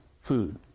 food